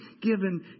given